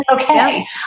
Okay